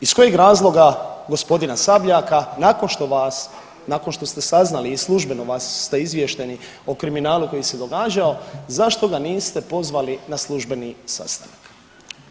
Iz kojeg razloga gospodina Sabljaka nakon što vas, nakon što ste saznali i službeno vas, ste izvješteni o kriminalu koji se događao zašto ga niste pozvali na službeni sastanak?